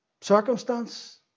circumstance